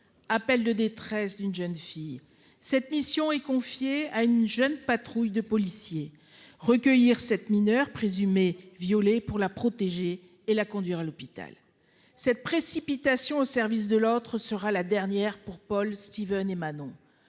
Appel de détresse d'une jeune fille. Cette mission est confiée à une jeune patrouille de policiers recueillir 7 mineurs présumés violée pour la protéger et la conduire à l'hôpital. Cette précipitation au service de l'autre sera la dernière. Pour Paul Steven et Manon.